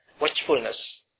Watchfulness